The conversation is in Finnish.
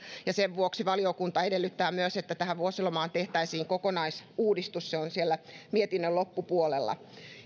sen vuoksi valiokunta edellyttää myös että vuosilomaan tehtäisiin kokonaisuudistus se on siellä mietinnön loppupuolella